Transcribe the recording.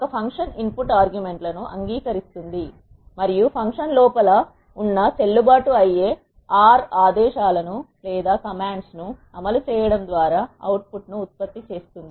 ఒక function input argument లను అంగీకరిస్తుంది మరియు ఫంక్షన్ లోపల ఉన్న చెల్లు బాటు అయ్యే ఆర్ R ఆదేశాలను అమలు చేయడం ద్వారా అవుట్ పుట్ ను ఉత్పత్తి చేస్తుంది